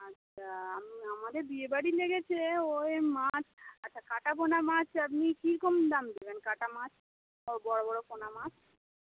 আচ্ছা আমাদের বিয়েবাড়ি লেগেছে ওই মাছ আচ্ছা কাটাপোনা মাছ আপনি কীরকম দাম নেবেন কাটামাছ বড়ো বড়ো পোনামাছ